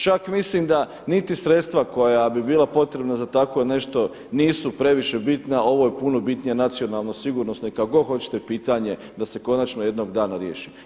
Čak mislim da niti sredstva koja bi bila potrebna za takvo nešto nisu previše bitna, ovo je puno bitnije nacionalno, sigurnosno i kako god hoćete pitanje da se konačno jednog dana riješi.